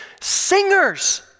singers